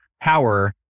power